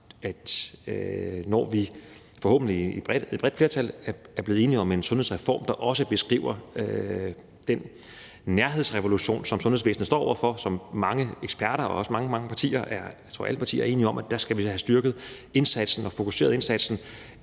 vi, når vi forhåbentlig i et bredt flertal er blevet enige om en sundhedsreform, der også beskriver den nærhedsrevolution, som sundhedsvæsenet står over for, og hvor mange eksperter og også mange, mange partier – jeg tror, alle partier – er enige om, at vi skal have styrket indsatsen og fokuseret indsatsen,